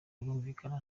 birumvikana